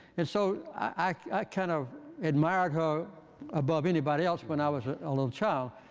and so i kind of admired her above anybody else when i was a little child.